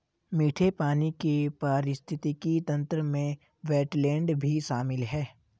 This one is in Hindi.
मीठे पानी के पारिस्थितिक तंत्र में वेट्लैन्ड भी शामिल है